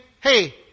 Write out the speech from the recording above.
Hey